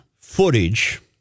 footage